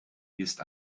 ist